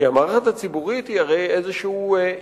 כי המערכת הציבורית היא הרי איזה איש